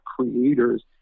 creators